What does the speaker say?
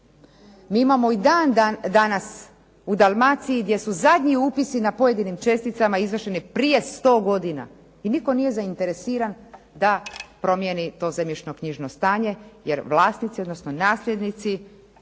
Mi imamo i dan danas u Dalmaciji gdje su zadnji upisi na pojedinim česticama izvršeni prije sto godina i nitko nije zainteresiran da promijeni to zemljišno-knjižno stanje, jer vlasnici odnosno nasljednici